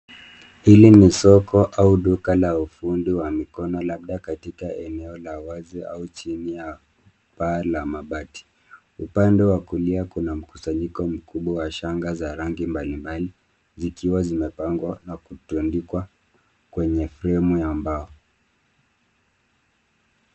Hili ni soko au duka la ufundi wa mikono labda katika eneo la wazi au chini ya paa la mabati. Upande wa kulia kuna mkusanyiko mkubwa wa shanga za rangi mbalimbali zikiwa zimepangwa au kutundikwa kwenye fremu ya mbao.